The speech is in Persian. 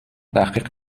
تحقیق